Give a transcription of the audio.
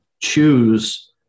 choose